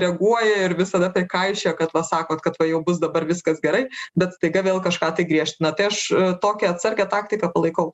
reaguoja ir visada prikaišioja kad va sakot kad va jau bus dabar viskas gerai bet staiga vėl kažką tai griežtinat tai aš tokią atsargią taktiką palaikau